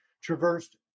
traversed